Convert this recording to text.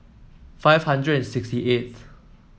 five hundred and sixty eightth